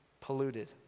polluted